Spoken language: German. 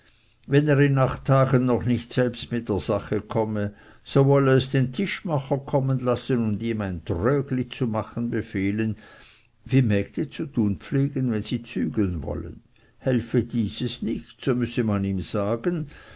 wenn er in acht tagen noch nicht selbst mit der sache komme so wolle es den tischmacher kommen lassen und ihm ein trögli zu machen befehlen wie mägde zu tun pflegen wenn sie zügeln wollen helfe dieses nicht so müsse man ihm sagen